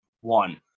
One